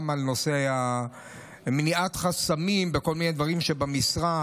גם על מניעת חסמים בכל מיני דברים שבמשרד,